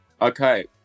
okay